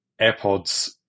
AirPods